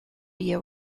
via